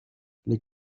les